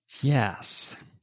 Yes